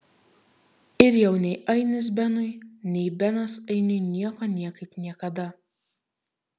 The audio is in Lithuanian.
ir jau nei ainis benui nei benas ainiui nieko niekaip niekada